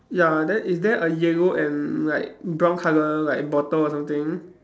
ya then is there a yellow and like brown colour like bottle or something